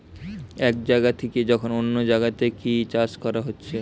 এক জাগা থিকে যখন অন্য জাগাতে কি চাষ কোরা হচ্ছে